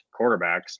quarterbacks